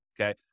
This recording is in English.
okay